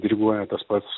diriguoja tas pats